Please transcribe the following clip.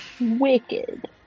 Wicked